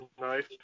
Nice